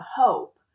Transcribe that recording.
hope